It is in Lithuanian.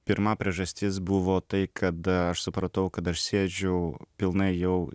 pirma priežastis buvo tai kada aš supratau kad aš sėdžiu pilnai jau